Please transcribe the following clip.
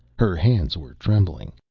her hands were trembling.